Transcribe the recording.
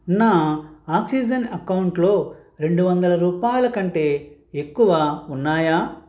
నా ఆక్సిజెన్ అకౌంట్లో రెండు వందల రూపాయల కంటే ఎక్కువ ఉన్నాయా